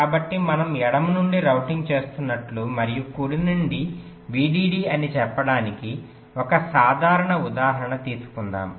కాబట్టి మనం ఎడమ నుండి రౌటింగ్ చేస్తున్నట్లు మరియు కుడి నుండి VDD అని చెప్పడానికి ఒక సాధారణ ఉదాహరణ తీసుకుందాం